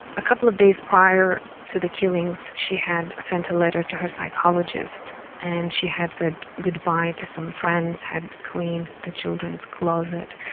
ah couple of days prior to the killings she had sent a letter to her psychologist and she had said goodbye to some friends, had cleaned the children's closet.